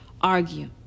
argue